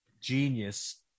genius